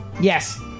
Yes